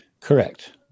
Correct